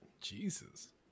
Jesus